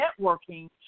networking